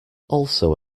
also